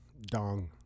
Dong